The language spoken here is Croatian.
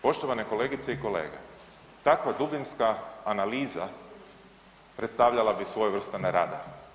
Poštovane kolegice i kolege, takva dubinska analiza predstavljala bi svojevrstan radar.